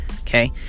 okay